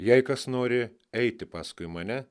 jei kas nori eiti paskui mane